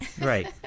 Right